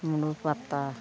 ᱢᱩᱰᱩ ᱯᱟᱛᱟ